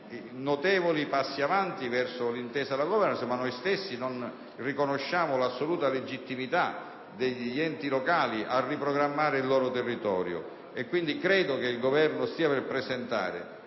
notevoli passi avanti verso un'intesa sulla *governance* e noi stessi riconosciamo l'assoluta legittimità degli enti locali a riprogrammare il loro territorio. Credo che il Governo stia per presentare